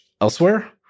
elsewhere